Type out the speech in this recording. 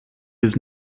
his